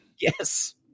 Yes